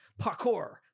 parkour